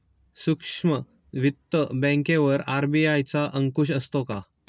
सूक्ष्म वित्त बँकेवर आर.बी.आय चा अंकुश असतो का?